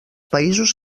països